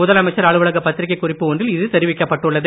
முதலமைச்சர் அலுவலக பத்திரிகைக் குறிப்பு ஒன்றில் இது தெரிவிக்கப்பட்டுள்ளது